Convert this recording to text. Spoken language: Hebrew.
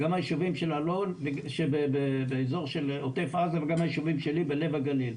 גם היישובים באזור של עוטף עזה וגם היישובים שלי בלב הגליל.